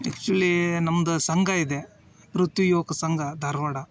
actually ನಮ್ದು ಸಂಘ ಇದೆ ಪೃಥ್ವಿ ಯುವಕ ಸಂಘ ಧಾರ್ವಾಡ